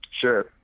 Sure